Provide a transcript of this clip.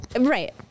Right